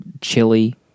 Chili